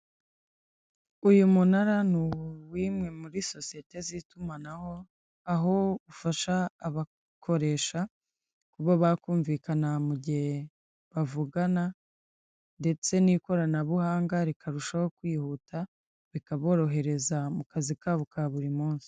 Uyu munara ni uw'imwe muri sosiyete z'itumanaho aho ufasha abakoresha bo bakumvikana mu gihe bavugana ndetse n'ikoranabuhanga rikarushaho kwihuta bikaborohereza mu kazi kabo ka buri munsi.